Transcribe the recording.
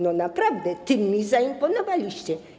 No naprawdę tym mi zaimponowaliście.